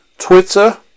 Twitter